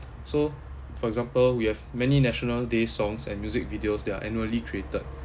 so for example we have many national day songs and music videos they are annually created